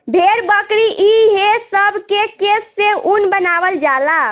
भेड़, बकरी ई हे सब के केश से ऊन बनावल जाला